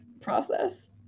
process